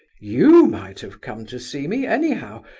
you might have come to see me anyhow,